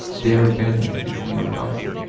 their venom is neurotoxin,